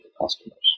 customers